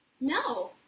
no